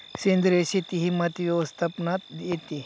सेंद्रिय शेती ही माती व्यवस्थापनात येते